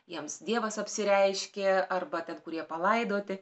jiems dievas apsireiškė arba ten kurie palaidoti